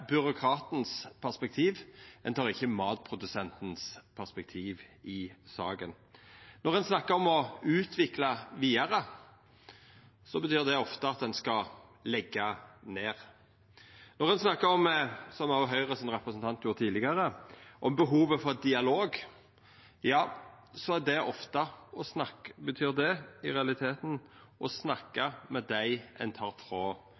ein tek ikkje perspektivet til matprodusenten, i saka. Når ein snakkar om å utvikla vidare, betyr det ofte at ein skal leggja ned. Når ein – som òg Høgres representant gjorde tidlegare – snakkar om behovet for dialog, betyr det i realiteten ofte å snakka med dei ein tek noko frå, altså dei som er direkte ramma av nedlegginga. Dette er ein